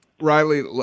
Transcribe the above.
Riley